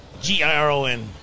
G-I-R-O-N